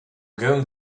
going